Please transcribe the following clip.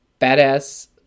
badass